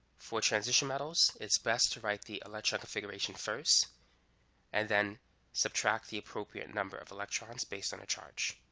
for transition metals, it's best to write the electron configuration first and then subtract the appropriate number of electrons based on the charge.